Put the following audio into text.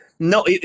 No